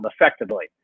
effectively